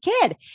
kid